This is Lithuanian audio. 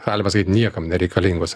galima sakyt niekam nereikalingos